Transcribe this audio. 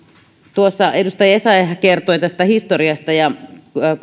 edustaja essayah kertoi tästä historiasta ja